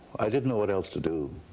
i didn't know what else to do.